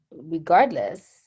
regardless